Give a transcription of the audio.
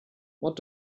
what